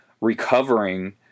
recovering